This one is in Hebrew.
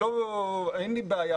אין לי בעיה.